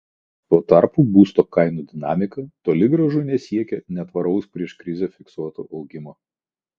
tuo tarpu būsto kainų dinamika toli gražu nesiekia netvaraus prieš krizę fiksuoto augimo